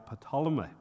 Ptolemy